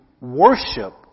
worship